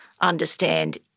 understand